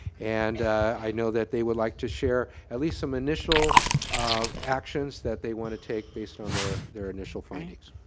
and i know that they would like to share at least some initial actions that they wanna take based on their their initial findings.